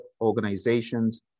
organizations